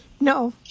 No